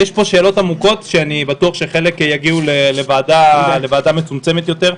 יש כאן שאלות עמוקות שאני בטוח שחלק יגיעו לוועדה מצומצמת יותר,